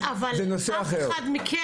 אני מסכימה אתך.